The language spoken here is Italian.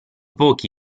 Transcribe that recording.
pochi